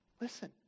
Listen